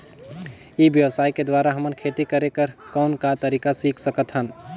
ई व्यवसाय के द्वारा हमन खेती करे कर कौन का तरीका सीख सकत हन?